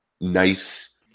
nice